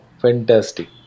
fantastic